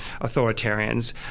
authoritarians